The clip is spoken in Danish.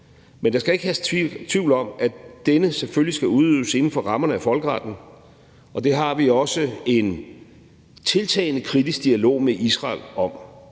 Men der skal ikke herske tvivl om, at denne selvfølgelig skal udøves inden for rammerne af folkeretten, og det har vi også en tiltagende kritisk dialog med Israel om.